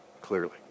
clearly